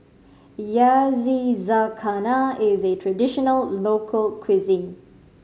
yakizakana is a traditional local cuisine